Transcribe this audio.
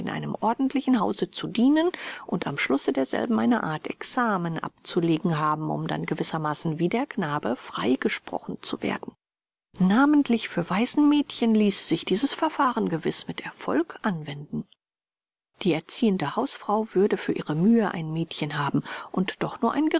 einem ordentlichen hause zu dienen und am schlusse derselben eine art examen abzulegen haben um dann gewissermaßen wie der knabe freigesprochen zu werden namentlich für waisenmädchen ließe sich dieses verfahren gewiß mit erfolg anwenden die erziehende hausfrau würde für ihre mühe ein mädchen haben und doch nur